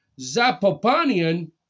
Zapopanian